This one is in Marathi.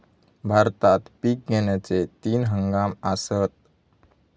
भारतात पिक घेण्याचे तीन हंगाम आसत